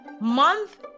Month